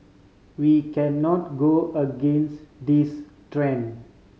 we cannot go against this trend